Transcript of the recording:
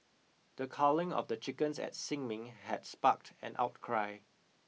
the culling of the chickens at Sin Ming had sparked an outcry